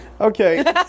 Okay